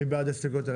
מי בעד ההסתייגויות?